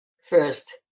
First